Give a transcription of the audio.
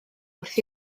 wrth